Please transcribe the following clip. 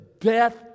death